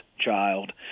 child